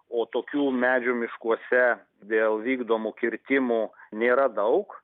o tokių medžių miškuose dėl vykdomų kirtimų nėra daug